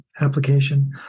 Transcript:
application